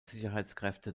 sicherheitskräfte